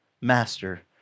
master